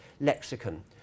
lexicon